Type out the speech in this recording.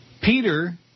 Peter